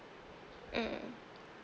mm